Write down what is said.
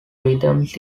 rhythms